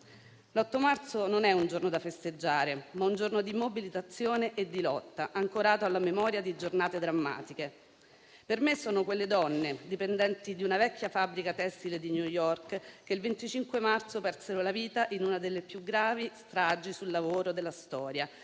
L'8 marzo non è un giorno da festeggiare, ma un giorno di mobilitazione e di lotta, ancorato alla memoria di giornate drammatiche. Per me sono quelle donne, dipendenti di una vecchia fabbrica tessile di New York, che il 25 marzo 1911 persero la vita in una delle più gravi stragi sul lavoro della storia: